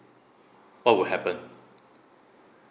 what will happen